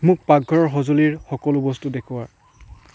মোক পাকঘৰৰ সঁজুলিৰ সকলো বস্তু দেখুওৱা